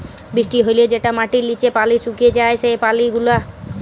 বৃষ্টি হ্যলে যেটা মাটির লিচে পালি সুকে যায় সেই পালি গুলা